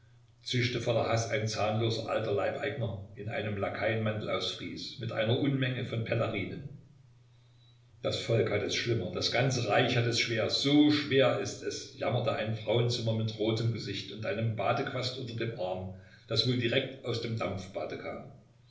zischte voller haß ein zahnloser alter leibeigener in einem lakaienmantel aus fries mit einer unmenge von pelerinen das volk hat es schlimmer das ganze reich hat es schwerer so schwer ist es jammerte ein frauenzimmer mit rotem gesicht und einem badequast unter dem arm das wohl direkt aus dem dampfbade kam